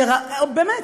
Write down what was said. שבאמת,